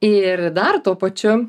ir dar tuo pačiu